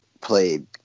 played